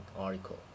article